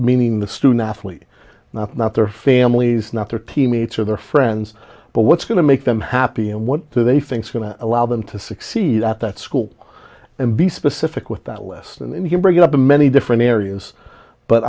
meaning the student athlete not not their families not their teammates or their friends but what's going to make them happy and what they think is going to allow them to succeed at that school and be specific with that list and you can bring it up in many different areas but